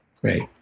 great